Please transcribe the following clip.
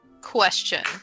Question